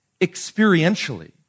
experientially